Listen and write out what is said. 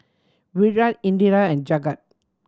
Virat Indira and Jagat